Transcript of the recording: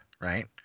right